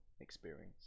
experience